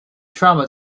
trauma